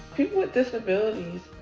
people with disabilities